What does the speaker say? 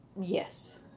Yes